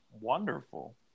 wonderful